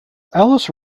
alice